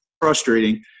frustrating